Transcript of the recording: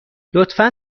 لطفا